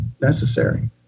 necessary